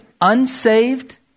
unsaved